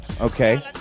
okay